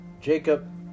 Jacob